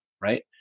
right